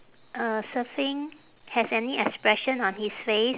uh surfing has any expression on his face